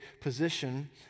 position